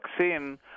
vaccine